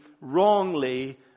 wrongly